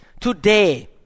Today